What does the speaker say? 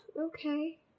okay